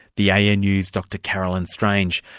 the yeah anu's dr carolyn strange.